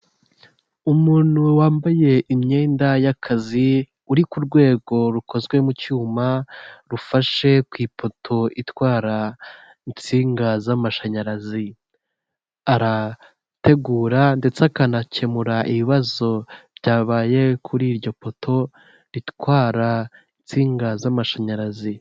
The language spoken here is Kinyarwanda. Umuntu wambaye imyenda y'akazi, uri ku rwego rukozwe mu cyuma rufashe ku ipoto itwara insinga z'amashanyarazi, arategura ndetse akanakemura ibibazo byabaye kuri iryo poto, ritwara insinga z'amashanyarazi.